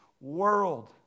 world